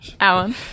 Alan